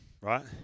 right